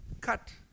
Cut